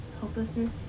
hopelessness